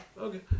Okay